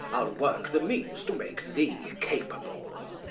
i'll work the means to make thee capable.